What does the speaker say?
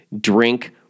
drink